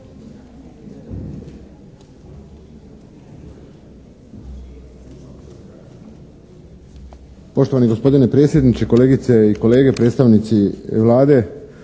Poštovani gospodine predsjedniče, kolegice i kolege, predstavnici Vlade.